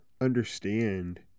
understand